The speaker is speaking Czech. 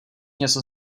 něco